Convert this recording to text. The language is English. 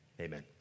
Amen